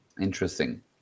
Interesting